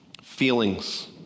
feelings